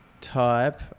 type